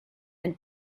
and